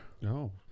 No